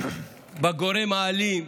בגורם האלים.